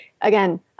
again